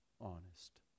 honest